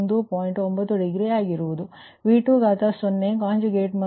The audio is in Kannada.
9 ಡಿಗ್ರಿ ಆಗಿರುತ್ತದೆ V20 ಕಾನ್ಜುಗೇಟ್ ಮತ್ತು 0